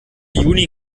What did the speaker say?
juni